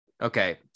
okay